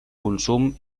consum